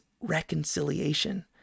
reconciliation